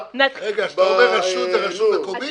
--- בין רשות לרשות מקומית?